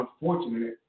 unfortunate